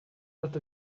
not